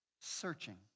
searching